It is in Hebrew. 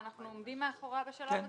ואנחנו עומדים מאחוריה בשלב הזה,